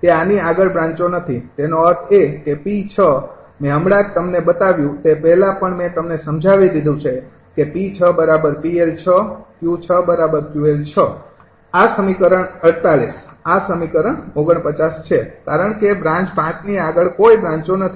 તે આની આગળ બ્રાંચો નથી તેનો અર્થ એ કે P ૬ મેં હમણાં જ તમને બતાવ્યું તે પહેલાં પણ મેં તમને સમજાવી દીધું છે કે 𝑃૬𝑃𝐿૬ 𝑄૬𝑄𝐿૬ આ સમીકરણ ૪૮ આ સમીકરણ ૪૯ છે કારણ કે બ્રાન્ચ ૫ ની આગળ કોઈ બ્રાંચો નથી